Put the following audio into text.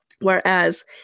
Whereas